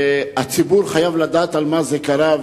הציבור חייב לדעת על מה זה קרה,